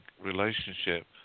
relationship